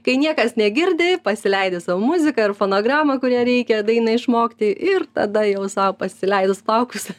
kai niekas negirdi pasileidi sau muziką ar fonogramą kurią reikia dainą išmokti ir tada jau sau pasileidus plaukus